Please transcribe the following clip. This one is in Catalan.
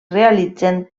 realitzen